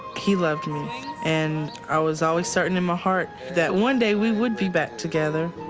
he loved me. and i was always certain in my heart that one day we would be back together.